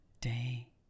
day